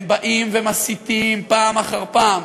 הם באים ומסיתים פעם אחר פעם.